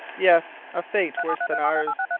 yes, a fate worse than ours!